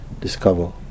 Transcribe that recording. Discover